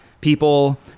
people